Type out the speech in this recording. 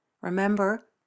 remember